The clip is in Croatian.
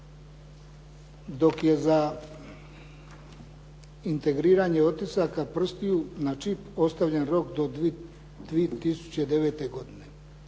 dok je za integriranje otisaka prstiju na čip ostavljen rok do 2009. godine.